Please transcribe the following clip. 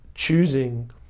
Choosing